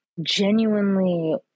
genuinely